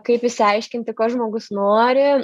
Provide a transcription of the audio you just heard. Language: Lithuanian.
kaip išsiaiškinti ko žmogus nori